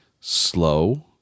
slow